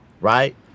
right